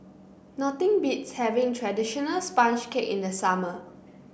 nothing beats having traditional sponge cake in the summer